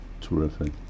Terrific